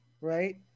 right